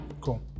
cool